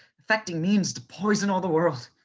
effecting means to poison all the world.